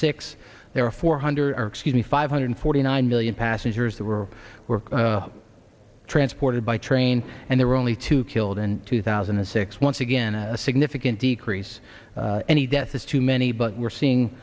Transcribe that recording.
six there were four hundred or excuse me five hundred forty nine million passengers that were transported by train and there were only two killed in two thousand and six once again a significant decrease any deaths is too many but we're seeing